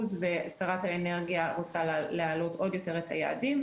ושרת האנרגיה רוצה להעלות עוד יותר את היעדים,